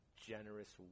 generous